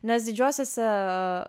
nes didžiosiose